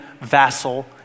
vassal